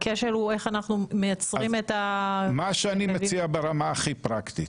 הכשל הוא איך אנחנו מייצרים את --- מה שאני מציע ברמה הכי פרקטית.